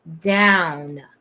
down